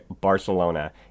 barcelona